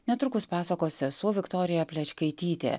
netrukus pasakos sesuo viktorija plečkaitytė